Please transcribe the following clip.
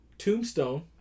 Tombstone